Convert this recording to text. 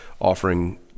offering